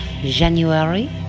January